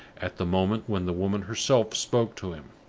at the moment when the woman herself spoke to him.